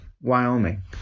Wyoming